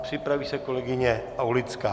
Připraví se kolegyně Aulická.